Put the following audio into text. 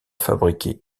fabriquer